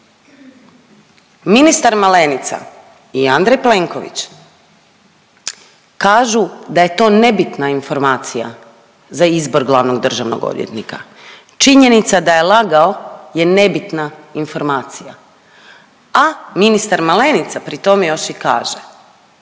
ministar Malenica i Andrej Plenković kažu da je to nebitna informacija za izbor glavnog državnog odvjetnika. Činjenica da je lagao je nebitna informacija, a ministar Malenica pri tome još i kaže